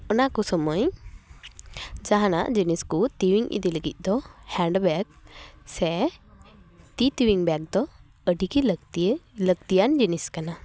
ᱚᱱᱟ ᱠᱚ ᱥᱚᱢᱚᱭ ᱡᱟᱦᱟᱸᱱᱟᱜ ᱡᱤᱱᱤᱥ ᱠᱚ ᱴᱮᱣᱮᱧ ᱤᱫᱤ ᱞᱟᱹᱜᱤᱫ ᱫᱚ ᱦᱮᱸᱰ ᱵᱮᱜᱽ ᱥᱮ ᱛᱤ ᱴᱮᱣᱮᱧ ᱵᱮᱜᱽ ᱫᱚ ᱟᱹᱰᱤᱜᱮ ᱞᱟᱹᱠᱛᱤ ᱞᱟᱹᱠᱛᱤᱭᱟᱱ ᱡᱤᱱᱤᱥ ᱠᱟᱱᱟ